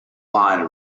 line